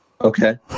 Okay